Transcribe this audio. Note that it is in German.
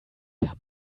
herr